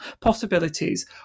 possibilities